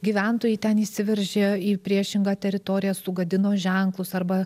gyventojai ten įsiveržė į priešingą teritoriją sugadino ženklus arba